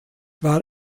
war